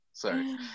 sorry